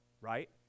right